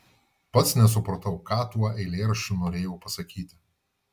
pats nesupratau ką tuo eilėraščiu norėjau pasakyti